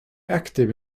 active